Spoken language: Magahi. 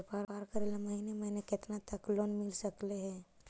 व्यापार करेल महिने महिने केतना तक लोन मिल सकले हे?